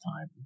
time